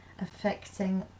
affecting